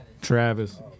Travis